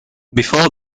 before